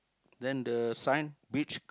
then the sign beach